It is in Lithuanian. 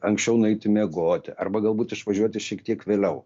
anksčiau nueiti miegoti arba galbūt išvažiuoti šiek tiek vėliau